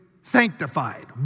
sanctified